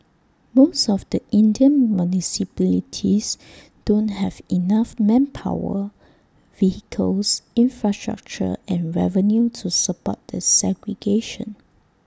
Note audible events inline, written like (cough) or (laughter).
most of the Indian municipalities (noise) don't have enough manpower vehicles infrastructure and revenue to support the segregation